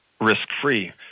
risk-free